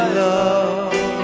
love